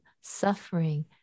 suffering